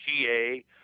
GA